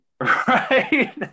Right